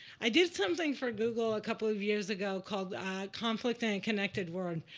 i did something for google a couple of years ago called conflict in a connected world.